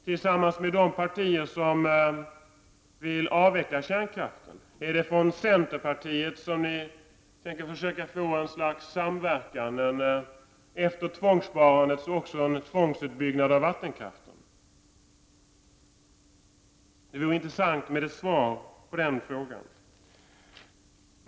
Är det hos de partier som vill avveckla kärnkraften? Söker ni något slags samverkan med centerpartiet? Efter tvångssparandet, blir det en tvångsutbyggnad av vattenkraften? Det vore intressant att få ett svar på dessa frågor.